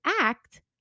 act